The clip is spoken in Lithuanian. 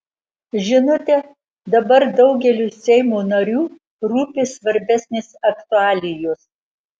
žinote dabar daugeliui seimo narių rūpi svarbesnės aktualijos